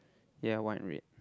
ya one in red